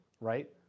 right